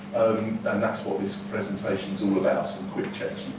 and that's what this presentation is all about, some quick checks